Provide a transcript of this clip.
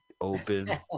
open